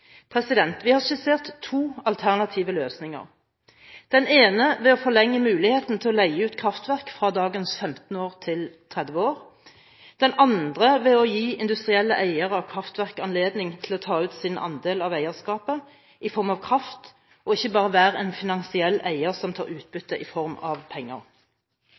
Vi har skissert to alternative løsninger. Den ene er å forlenge muligheten til å leie ut kraftverk fra dagens 15 år til 30 år, den andre er å gi industrielle eiere av kraftverk anledning til å ta ut sin andel av eierskapet i form av kraft og ikke bare være en finansiell eier som tar utbytte i form av penger.